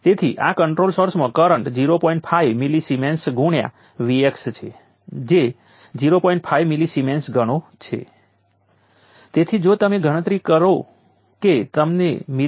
તેથી જેનો અર્થ છે કે ટાઈમ ઈન્ટરવલ 0 થી t1 થી વોલ્ટેજ 0 થીVCસુધી જાય છે અને આમ આપણને આખરે આ ઈન્ટરવલ ઉપર કેપેસિટરને ડીલીવર એનર્જી માટેની એક્સપ્રેશન જે 12CVc2આપે છે